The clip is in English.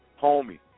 homie